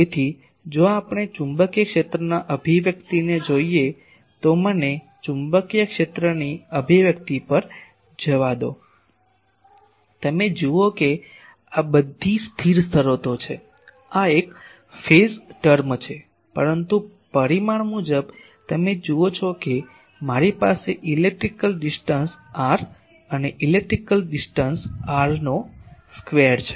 તેથી જો આપણે ચુંબકીય ક્ષેત્રના અભિવ્યક્તિને જોઈએ તો મને ચુંબકીય ક્ષેત્રની અભિવ્યક્તિ પર જવા દો તમે જુઓ કે આ બધી સ્થિર શરતો છે આ એક ફેઝ ટર્મ છે પરંતુ પરિમાણ મુજબ તમે જુઓ છો કે મારી પાસે ઇલેક્ટ્રિકલ ડિસ્ટન્સ r અને ઇલેક્ટ્રિકલ ડિસ્ટન્સ r નો સ્કવેર છે